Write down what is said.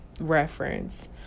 reference